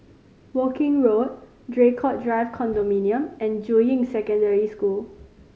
Woking Road Draycott Drive Condominium and Juying Secondary School